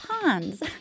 ponds